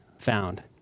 found